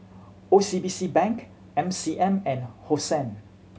O C B C Bank M C M and Hosen